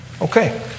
Okay